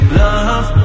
love